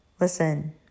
listen